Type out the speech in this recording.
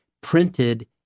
printed